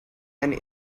and